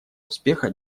успеха